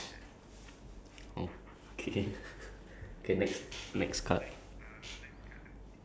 ya exactly like lying down with good physic lah with like like a lot like they can see like good muscles all that ya